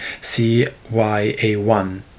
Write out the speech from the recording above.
CYA1